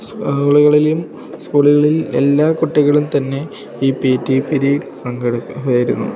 സ്കൂളുകളിലും സ്കൂളുകളിൽ എല്ലാ കുട്ടികളും തന്നെ ഈ പി ടി പിരീഡ് പങ്കെടുക്കുമായിരുന്നു